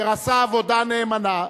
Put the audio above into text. שעשה עבודה נאמנה,